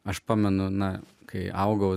aš pamenu na kai augau